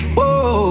Whoa